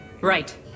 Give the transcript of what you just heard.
Right